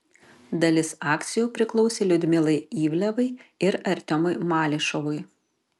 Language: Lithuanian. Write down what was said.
dalis akcijų priklausė liudmilai ivlevai ir artiomui malyševui